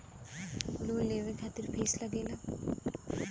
Loan लेवे खातिर fees लागेला?